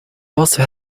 also